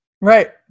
Right